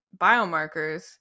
biomarkers